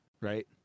right